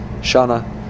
Shana